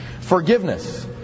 forgiveness